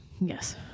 yes